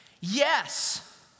yes